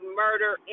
murder